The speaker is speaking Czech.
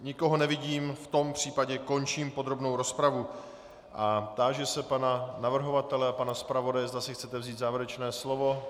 Nikoho nevidím, v tom případě končím podrobnou rozpravu a táži se pana navrhovatele a pana zpravodaje, zda si chcete vzít závěrečné slovo.